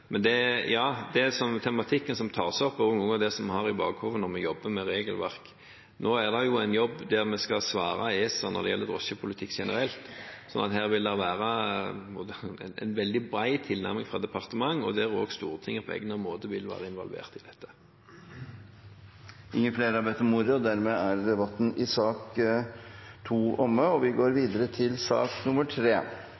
tematikken som tas opp, er noe av det vi har i bakhodet når vi jobber med regelverket. Nå er det jo en jobb der vi skal svare ESA når det gjelder drosjepolitikk generelt, så her vil det være en veldig bred tilnærming fra departementet, og Stortinget vil også på egnet måte være involvert i dette. Flere har ikke bedt om ordet til sak nr. 2. Etter forslag fra transport- og kommunikasjonskomiteen vil presidenten foreslå at taletiden blir begrenset til 5 minutter til hver partigruppe og